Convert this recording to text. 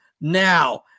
now